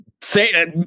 Say